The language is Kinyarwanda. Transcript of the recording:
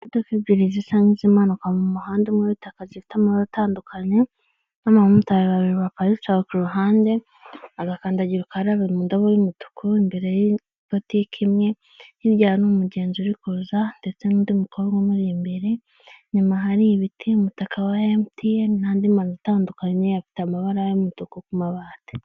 Imodoka ebyiri zisanzwe zimanuka mu muhanda umwe w'itaka zifite amabara atandukanye, n'abamotari babiri baparitse aho ku ruhande, agakandagira ukareba mu ndobo y'umutuku, imbere ya botiki imwe, hirya ni umugenzi uri kuza ndetse n'undi mukobwa umuri imbere, nyuma hari ibiti umutaka wa emutiyeni n'andi mazu atandukanye afite amabara y'umutuku ku mabati.